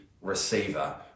receiver